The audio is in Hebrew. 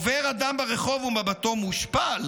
עובר אדם ברחוב ומבטו מושפל,